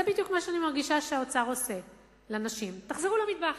זה בדיוק מה שאני מרגישה שהאוצר עושה לנשים: תחזרו למטבח,